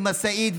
עם משאית,